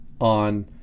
on